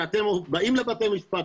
כשאתם באים לבתי משפט,